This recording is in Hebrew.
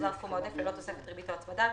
יוחזר הסכום העודף ללא תוספת ריבית או הצמדה."